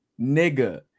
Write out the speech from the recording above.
nigga